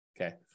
Okay